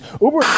Uber-